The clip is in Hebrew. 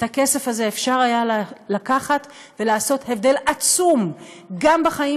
את הכסף הזה אפשר היה לקחת ולעשות הבדל עצום גם בחיים